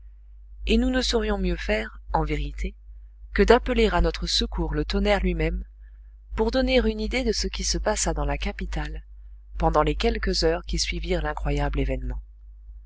et nous ne saurions mieux faire en vérité que d'appeler à notre secours le tonnerre lui-même pour donner une idée de ce qui se passa dans la capitale pendant les quelques heures qui suivirent l'incroyable événement